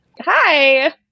Hi